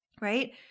right